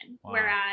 whereas